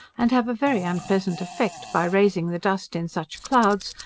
and have a very unpleasant effect, by raising the dust in such clouds,